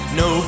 no